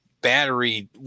battery